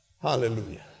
Hallelujah